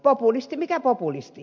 populisti mikä populisti